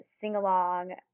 sing-along